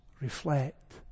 reflect